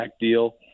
deal